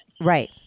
Right